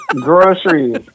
groceries